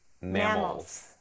Mammals